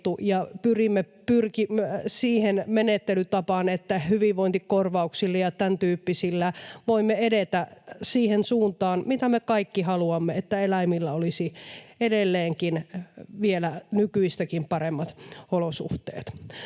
ja pyrimme siihen menettelytapaan, että hyvinvointikorvauksilla ja tämän tyyppisillä voimme edetä siihen suuntaan, mitä me kaikki haluamme: että eläimillä olisi edelleenkin vielä nykyistäkin paremmat olosuhteet.